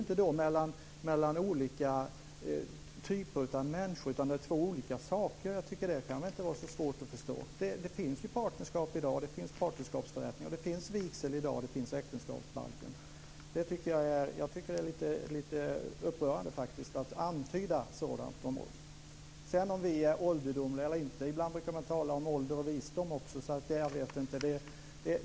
Man skiljer inte på olika typer av människor. Det är två olika saker. Det kan väl inte vara så svårt att förstå. Det finns partnerskap i dag, och det finns registreringsförrättningar. Det finns vigsel i dag, och det finns en äktenskapsbalk. Jag tycker att det är lite upprörande att man antyder sådant om oss. Frågan var om vi är ålderdomliga eller inte. Ibland brukar man tala om ålder och visdom. Jag vet inte.